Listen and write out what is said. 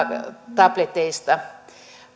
tableteista